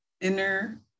inner